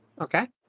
Okay